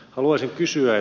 haluaisin kysyä